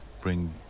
bring